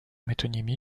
métonymie